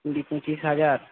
কুড়ি পঁচিশ হাজার